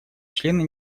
члены